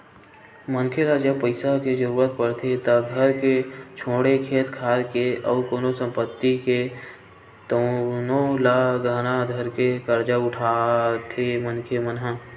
मनखे ल जब पइसा के जरुरत पड़थे त घर के छोड़े खेत खार के अउ कोनो संपत्ति हे तउनो ल गहना धरके करजा उठाथे मनखे मन ह